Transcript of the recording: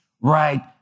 Right